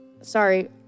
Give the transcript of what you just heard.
Sorry